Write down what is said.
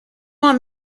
want